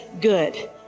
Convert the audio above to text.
good